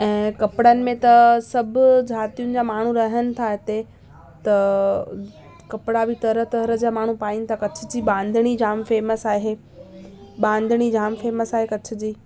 ऐं कपिड़नि में त सभु जातियुनि जा माण्हूं रहन था हिते त कपिड़ा बि तरहं तरहं जा माण्हूं पाइन था कच्छ जी ॿांधिणी जाम फ़ेमस आहे ॿांधणी जाम फ़ेमस आहे कच्छ जी